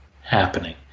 happening